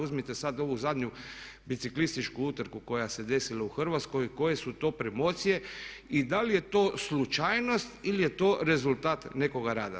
Uzmite sad ovu zadnju biciklističku utrku koja se desila u Hrvatskoj koje su to promocije i da li je to slučajnost ili je to rezultat nekog rada.